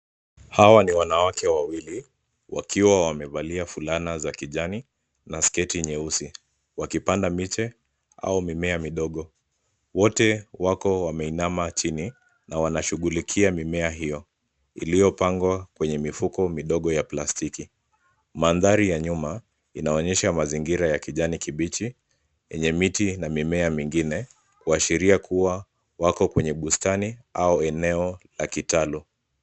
Hawa ni wanawake wawili wakiwa wamevalia fulana za kijani na sketi nyeusi. Wakipanda miti au miche midogo. Wote wako wameinama chini na wanashughulikia mimea hiyo iliyopangwa kwenye mifuko midogo ya plastiki. Mandhari ya nyuma inaonyesha mazingira ya kijani kibichi yenye miti na mimea mingine kuashiria kuwa wako kwenye bustani au eneo la kitalu.